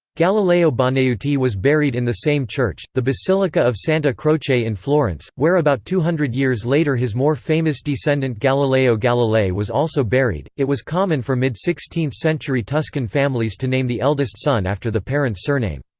galileo bonaiuti was buried in the same church, the basilica of santa croce in florence, where about two hundred years later his more famous descendant galileo galilei was also buried it was common for mid-sixteenth-century tuscan families to name the eldest son after the parents' surname.